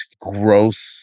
growth